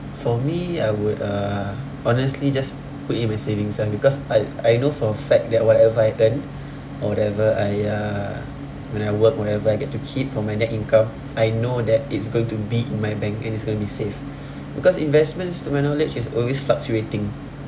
for me I would uh honestly just put in my savings lah because I I know for a fact that whatever I earn or whatever I uh when I work whenever I get to keep from my net income I know that it's going to be in my bank and it's gonna be safe because investments to my knowledge is always fluctuating